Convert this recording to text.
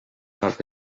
not